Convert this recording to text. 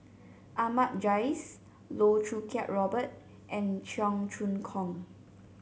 Ahmad Jais Loh Choo Kiat Robert and Cheong Choong Kong